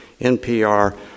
NPR